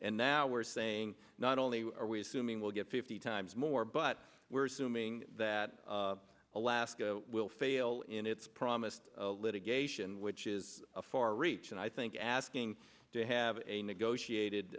and now we're saying not only are we assuming we'll get fifty times more but we're assuming that alaska will fail in its promised litigation which is a far reach and i think asking to have a negotiated